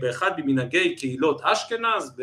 באחד במנהגי קהילות אשכנז, ו